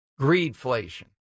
Greedflation